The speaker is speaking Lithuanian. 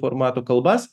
formato kalbas